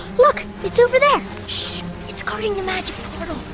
look it's over there. shhh it's covering the magic portal.